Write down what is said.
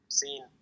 seen